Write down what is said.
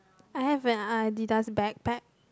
I have an Adidas backpack